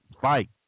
fight